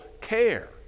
care